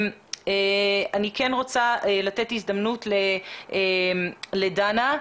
נאיכן רוצה לתת הזדמנות לדנה פרוסט,